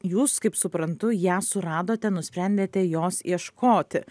jūs kaip suprantu ją suradote nusprendėte jos ieškoti